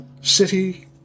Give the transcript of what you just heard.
City